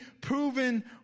proven